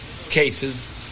cases